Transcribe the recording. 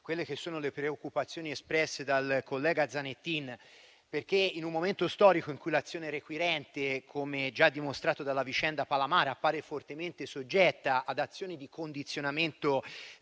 che condividere le preoccupazioni espresse dal collega Zanettin. In un momento storico in cui l'azione requirente - come già dimostrato dalla vicenda Palamara - appare fortemente soggetta ad azioni di condizionamento